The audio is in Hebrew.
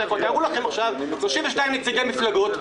תארו לכם עכשיו 32 נציגי מפלגות,